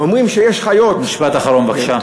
אומרים שיש חיות, משפט אחרון, בבקשה.